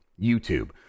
YouTube